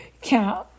count